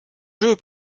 jeu